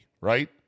right